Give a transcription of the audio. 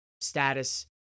status